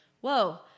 Whoa